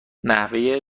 نحوه